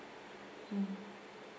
mm